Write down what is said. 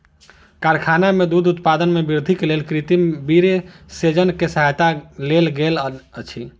कारखाना में दूध उत्पादन में वृद्धिक लेल कृत्रिम वीर्यसेचन के सहायता लेल गेल अछि